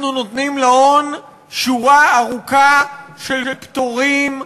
אנחנו נותנים להון שורה ארוכה של פטורים,